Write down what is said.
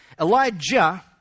Elijah